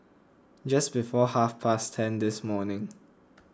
just before half past ten this morning